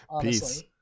Peace